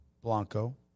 Blanco